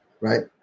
right